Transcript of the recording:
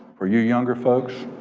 for you younger folks,